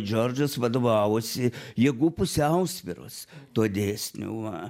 džordžas vadovavosi jėgų pusiausvyros tuo dėsniu va